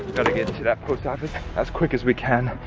gotta get to that post office as quick as we can.